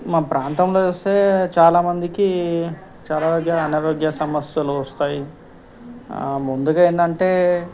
మా ప్రాంతంలో వస్తే చాలామందికి చాలారోజులు అనారోగ్య సమస్యలు వస్తాయి ముందుగా ఏమిటి అంటే